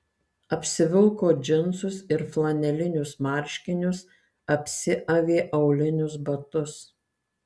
apsivilko džinsus ir flanelinius marškinius apsiavė aulinius batus